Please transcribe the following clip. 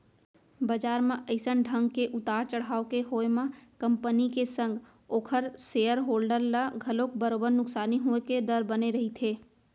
बजार म अइसन ढंग के उतार चड़हाव के होय म कंपनी के संग ओखर सेयर होल्डर ल घलोक बरोबर नुकसानी होय के डर बने रहिथे